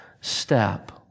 step